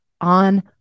on